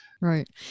Right